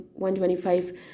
125